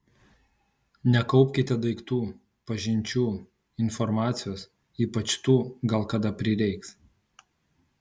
nekaupkite daiktų pažinčių informacijos ypač tų gal kada prireiks